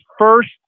first